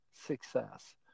success